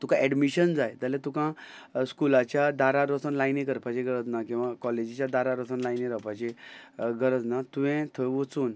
तुका एडमिशन जाय जाल्यार तुका स्कुलाच्या दारार वचून लायनी करपाची गरज ना किंवां कॉलेजीच्या दारार वचून लायनीन रावपाची गरज ना तुंवें थंय वचून